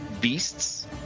beasts